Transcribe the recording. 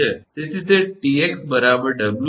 તેથી તે 𝑇𝑥 𝑊𝑐 𝐻 છે